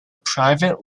private